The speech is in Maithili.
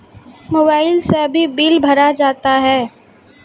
मोबाइल से भी बिल भरा जाता हैं?